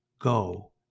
Go